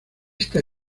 esta